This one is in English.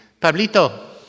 Pablito